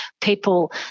people